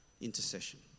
intercession